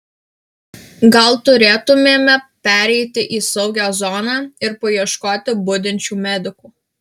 gal turėtumėme pereiti į saugią zoną ir paieškoti budinčių medikų